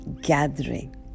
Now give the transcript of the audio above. gathering